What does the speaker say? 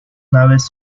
naves